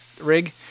rig